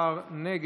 מי